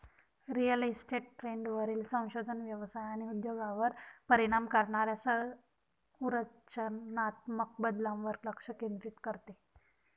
real estate ट्रेंडवरील संशोधन व्यवसाय आणि उद्योगावर परिणाम करणाऱ्या संरचनात्मक बदलांवर लक्ष केंद्रित करते